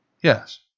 Yes